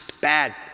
Bad